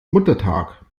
muttertag